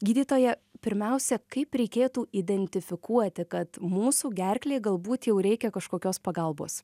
gydytoja pirmiausia kaip reikėtų identifikuoti kad mūsų gerklei galbūt jau reikia kažkokios pagalbos